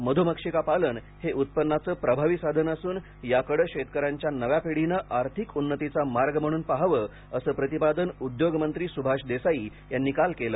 मधमाशापालन हे उत्पन्नाचे प्रभावी साधन असून याकडे शेतकऱ्यांच्या नव्या पिढीने आर्थिक उन्नतीचा मार्ग म्हणून पहावे असे प्रतिपादन उद्योगमंत्री सुभाष देसाई यांनी काल केलं